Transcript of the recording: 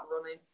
running